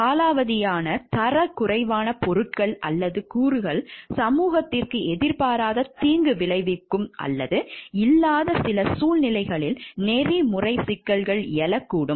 காலாவதியான தரக்குறைவான பொருட்கள் அல்லது கூறுகள் சமூகத்திற்கு எதிர்பாராத தீங்கு விளைவிக்கும் அல்லது இல்லாத சில சூழ்நிலைகளில் நெறிமுறை சிக்கல்கள் எழக்கூடும்